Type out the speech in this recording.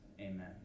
Amen